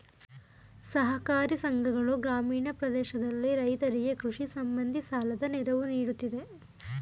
ಸಹಕಾರಿ ಸಂಘಗಳು ಗ್ರಾಮೀಣ ಪ್ರದೇಶದಲ್ಲಿ ರೈತರಿಗೆ ಕೃಷಿ ಸಂಬಂಧಿ ಸಾಲದ ನೆರವು ನೀಡುತ್ತಿದೆ